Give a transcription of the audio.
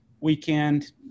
Weekend